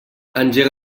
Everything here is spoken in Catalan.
engega